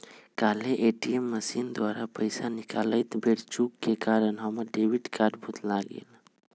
काल्हे ATM machine द्वारा पइसा निकालइत बेर चूक के कारण हमर डेबिट कार्ड भुतला गेल